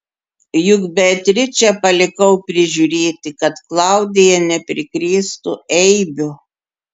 juk beatričę palikau prižiūrėti kad klaudija neprikrėstų eibių